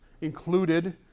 included